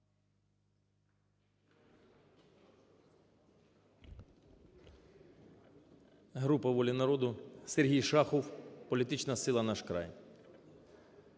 Група "Воля народу", Сергій Шахов, політична сила "Наш край".